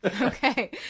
Okay